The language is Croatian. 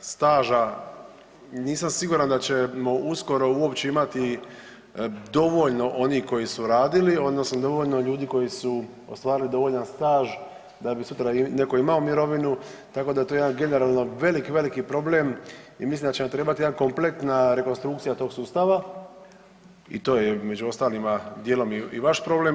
staža nisam siguran da ćemo uskoro uopće imati dovoljno onih koji su radili odnosno dovoljno ljudi koji su ostvarili dovoljan staž da bi sutra neko imao mirovinu tako da je to jedan generalno veliki, veliki problem i mislim da će nam trebati jedna kompletna rekonstrukcija tog sustava i to je među ostalima dijelom i vaš problem.